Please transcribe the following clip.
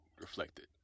reflected